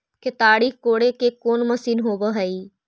केताड़ी कोड़े के कोन मशीन होब हइ?